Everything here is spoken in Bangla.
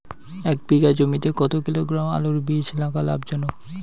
এক বিঘা জমিতে কতো কিলোগ্রাম আলুর বীজ লাগা লাভজনক?